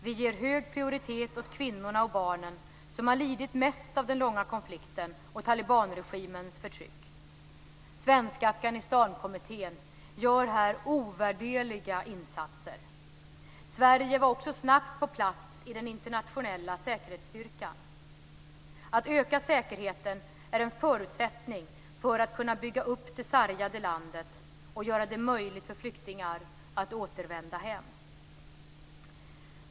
Vi ger hög prioritet åt kvinnorna och barnen som har lidit mest av den långa konflikten och talibanregimens förtryck. Svenska Afghanistankommittén gör här ovärderliga insatser. Sverige var också snabbt på plats i den internationella säkerhetsstyrkan. Att öka säkerheten är en förutsättning för att kunna bygga upp det sargade landet och göra det möjligt för flyktingar att återvända hem.